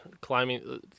climbing